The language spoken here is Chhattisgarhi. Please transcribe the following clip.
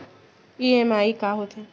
ई.एम.आई का होथे?